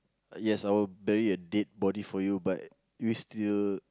yes I would bury a dead body for you but we still